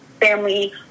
family